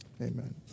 amen